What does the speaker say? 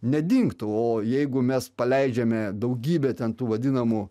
nedingtų o jeigu mes paleidžiame daugybė ten tų vadinamų